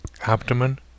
abdomen